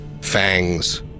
fangs